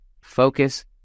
focus